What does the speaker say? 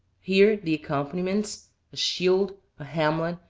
here the accompaniments a shield, a hamlet,